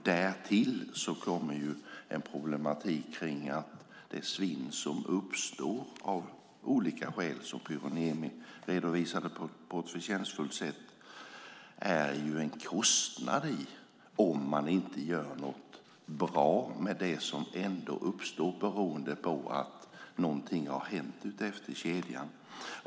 Därtill kommer problemet att det svinn som uppstår av olika skäl, vilket Pyry Niemi redovisade på ett förtjänstfullt sätt, är kostsamt om man inte gör något bra av det som ändå uppstår till följd av att något hänt utefter kedjan.